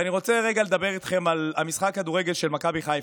ואני רוצה רגע לדבר איתכם על משחק הכדורגל של מכבי חיפה.